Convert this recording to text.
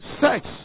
sex